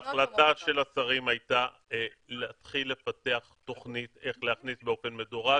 ההחלטה של השרים הייתה להתחיל לפתח תכנית איך להכניס באופן מדורג,